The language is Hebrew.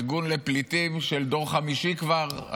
ארגון לפליטים של דור חמישי כבר,